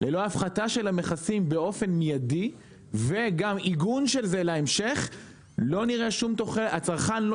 ללא הפחתה של המכסים באופן מיידי וגם עיגון של זה להמשך הצרכן לא